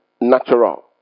natural